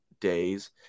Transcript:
days